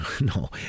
no